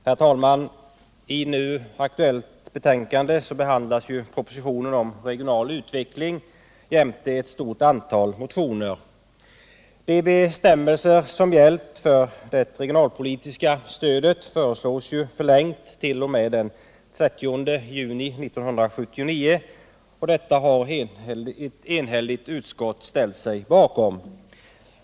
Herr talman! I det nu aktuella betänkandet behandlas propositionen om regional utveckling jämte ett stort antal motioner. De bestämmelser som gällt för det regionalpolitiska stödet föreslås få förlängd giltighet t.o.m. den 30 juni 1979. Detta har ett enhälligt utskott ställt sig bakom.